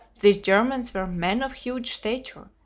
these germans were men of huge stature,